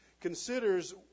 considers